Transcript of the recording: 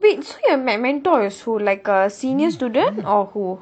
wait so your m~ mentor is who like a senior student or who